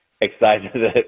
excited